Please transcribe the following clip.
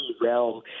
realm